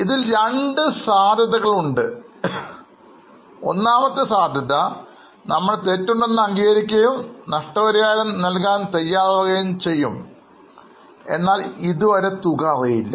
ഇതിൽ രണ്ട് സാധ്യതകൾ ഉണ്ട് ഒന്നാമത്തെ സാധ്യത നമ്മൾ തെറ്റുണ്ടെന്ന് അംഗീകരിക്കുകയും നഷ്ടപരിഹാരം നൽകാൻ തയാറാവുകയും ചെയ്യും എന്നാൽ തുക ഇതുവരെ അറിയില്ല